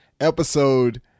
episode